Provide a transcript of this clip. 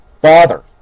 Father